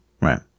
Right